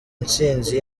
intsinzi